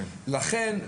לכן,